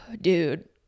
dude